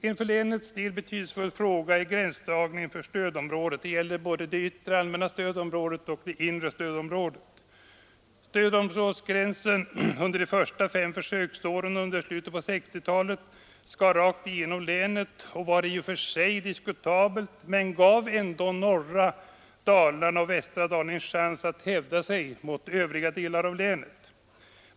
En för länets del betydelsefull fråga är gränsdragningen för stödområdet — både det yttre och det inre. Stödområdesgränsen under de första fem försöksåren i slutet av 1960-talet, som skar rakt igenom länet, var i och för sig diskutabel men gav ändå norra och västra Dalarna en chans att hävda sig mot övriga delar av länet.